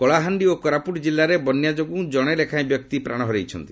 କଳାହାଣ୍ଡି ଓ କୋରାପୁଟ କିଲ୍ଲାରେ ବନ୍ୟାଯୋଗୁଁ ଜଣେ ଲେଖାଏଁ ବ୍ୟକ୍ତି ପ୍ରାଣ ହରାଇଛନ୍ତି